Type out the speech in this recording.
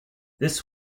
this